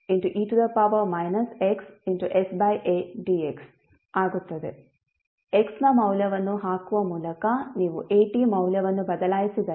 x ನ ಮೌಲ್ಯವನ್ನು ಹಾಕುವ ಮೂಲಕ ನೀವು at ಮೌಲ್ಯವನ್ನು ಬದಲಾಯಿಸಿದರೆ